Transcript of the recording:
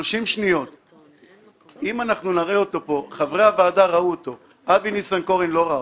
30 שניות שחברי הוועדה ראו ואבי ניסנקורן לא ראה.